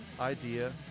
idea